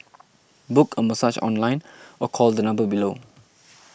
book a massage online or call the number below